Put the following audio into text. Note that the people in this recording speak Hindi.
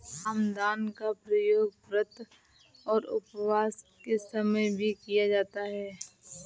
रामदाना का प्रयोग व्रत और उपवास के समय भी किया जाता है